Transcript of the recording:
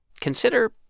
Consider